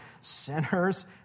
sinners